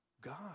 God